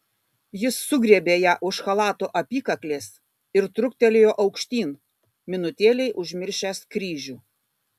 jis sugriebė ją už chalato apykaklės ir truktelėjo aukštyn minutėlei užmiršęs kryžių